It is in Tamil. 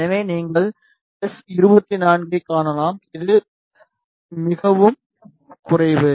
எனவே நீங்கள் எஸ்24 ஐக் காணலாம் இது இது மிகவும் குறைவு